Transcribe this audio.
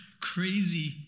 crazy